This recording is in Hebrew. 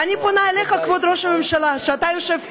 ואני פונה אליך, כבוד ראש הממשלה, שיושב כאן: